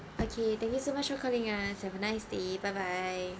okay thank you so much for calling us have a nice day bye bye